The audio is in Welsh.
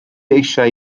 eisiau